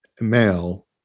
Male